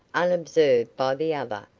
unobserved by the other,